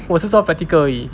我是做 practical 而已